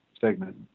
segment